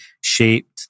shaped